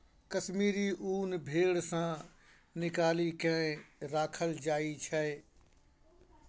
कश्मीरी ऊन भेड़ सँ निकालि केँ राखल जाइ छै